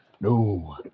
No